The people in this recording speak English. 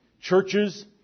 churches